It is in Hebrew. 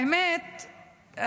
האמת,